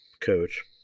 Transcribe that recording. coach